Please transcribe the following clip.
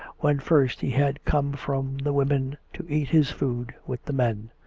when first he had come from the women to eat his food with the men.